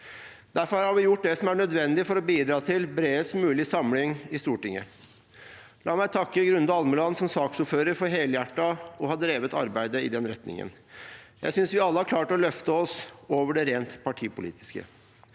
Derfor har vi gjort det som er nødvendig for å bidra til bredest mulig samling i Stortinget. La meg takke saksordfører Grunde Almeland for helhjertet å ha drevet arbeidet i den retningen. Jeg synes vi alle har klart å løfte oss over det rent partipolitiske.